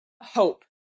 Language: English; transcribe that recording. hope